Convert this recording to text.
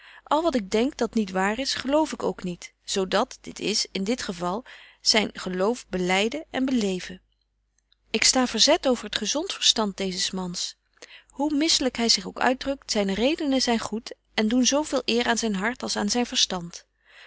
al wat ik denk dat niet waar is geloof ik ook niet zo dat dit is in dit geval zyn geloof belyden en beleven ik sta verzet over het gezont verstand deezes mans hoe misselyk hy zich ook uitdrukt zyne redenen zyn goed en doen zo veel eer aan zyn hart als aan zyn verstand